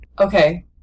Okay